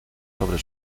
sobre